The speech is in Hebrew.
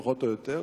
פחות או יותר.